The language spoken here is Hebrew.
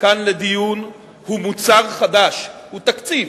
כאן לדיון הוא מוצר חדש, הוא תקציב,